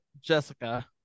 Jessica